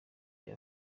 vya